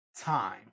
time